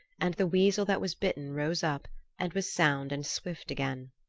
and the weasel that was bitten rose up and was sound and swift again.